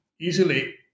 easily